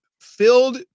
filled